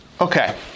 Okay